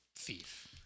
thief